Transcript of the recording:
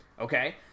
Okay